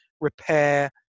repair